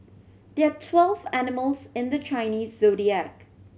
there are twelve animals in the Chinese Zodiac